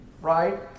right